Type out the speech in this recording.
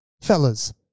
fellas